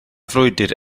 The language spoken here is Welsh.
frwydr